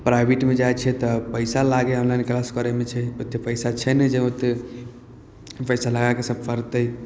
प्राइवेटमे जाइ छिए तब पइसा लागै ऑनलाइन किलास करैमे छै ओतेक पइसा छै नहि जे ओतेक पइसा लगाके सभ पढ़तै